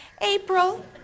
April